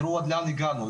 תראו עד לאן הגענו,